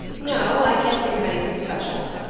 no, i can't think of anything special.